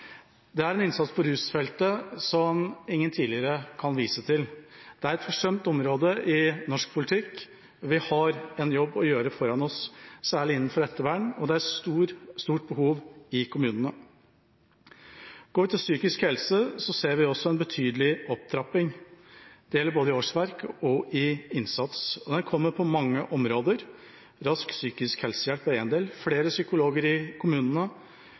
Det er en innsats på rusfeltet som ingen tidligere kan vise til. Det er et forsømt område i norsk politikk. Vi har en jobb å gjøre foran oss, særlig innenfor ettervern, og det er et stort behov i kommunene. Går vi til psykisk helse, ser vi også en betydelig opptrapping. Det gjelder både i årsverk og i innsats, og den kommer på mange områder: Rask psykisk helsehjelp er en ting, flere psykologer i kommunene